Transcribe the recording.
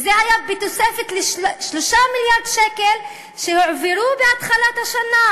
וזה היה תוספת ל-3 מיליארד שקל שהועברו בתחילת השנה.